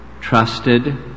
trusted